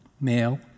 Male